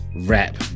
rap